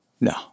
No